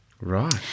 Right